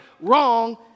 wrong